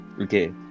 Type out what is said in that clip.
okay